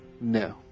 No